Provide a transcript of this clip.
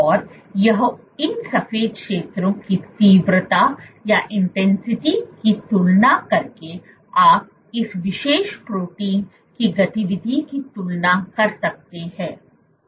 और यह इन सफेद क्षेत्रों की तीव्रता की तुलना करके आप इस विशेष प्रोटीन की गतिविधि की तुलना कर सकते हैं